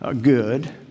good